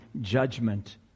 judgment